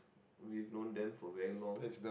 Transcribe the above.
we've known them for very long